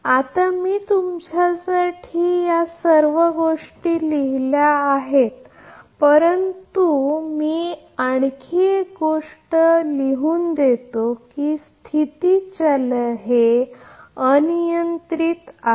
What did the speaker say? आता मी तुमच्यासाठी या सर्व गोष्टी लिहील्या आहेत परंतु मी आणखी एक गोष्ट लिहून देतो की स्टेट व्हेरिएबल हे अनियंत्रित आहे